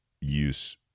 use